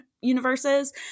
universes